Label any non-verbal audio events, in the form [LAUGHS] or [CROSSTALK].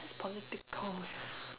this is political eh [LAUGHS]